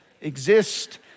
exist